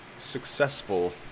successful